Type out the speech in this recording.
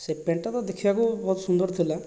ସେ ପ୍ୟାଣ୍ଟଟା ତ ଦେଖିବାକୁ ବହୁତ ସୁନ୍ଦର ଥିଲା